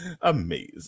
Amazing